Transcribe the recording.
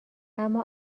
اما